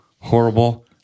horrible